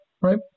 right